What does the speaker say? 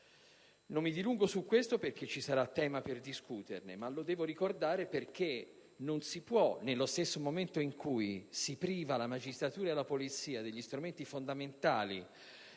Non mi dilungo su questo argomento perché ci sarà tempo per discuterne ma devo ricordarlo perché, nello stesso momento in cui si priva la magistratura e la polizia degli strumenti fondamentali